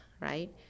right